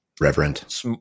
reverent